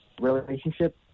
relationship